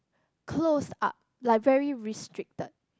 close up like very restricted